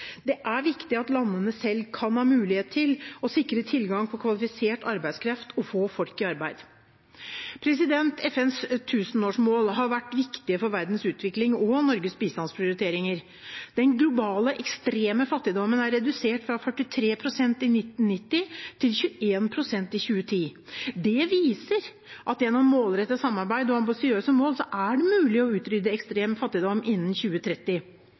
Det er viktig at landene selv kan ha mulighet til å sikre tilgang på kvalifisert arbeidskraft og å få folk i arbeid. FNs tusenårsmål har vært viktige for verdens utvikling og Norges bistandsprioriteringer. Den globale ekstreme fattigdommen er redusert fra 43 pst. i 1990 til 21 pst. i 2010. Det viser at gjennom målrettet samarbeid og ambisiøse mål er det mulig å utrydde ekstrem fattigdom innen 2030.